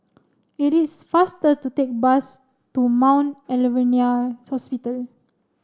it is faster to take bus to Mount Alvernia Hospital